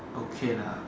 okay lah